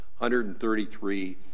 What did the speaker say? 133